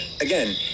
again